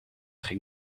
ging